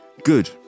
good